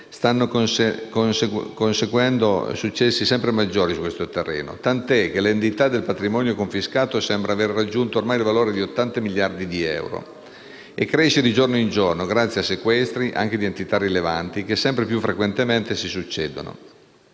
stanno conseguendo successi sempre maggiori su questo terreno, tanto che l'entità del patrimonio confiscato sembra aver raggiunto ormai il valore di 80 miliardi di euro e cresce di giorno in giorno grazie a sequestri, anche di entità rilevanti, che sempre più frequentemente si succedono.